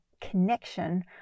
connection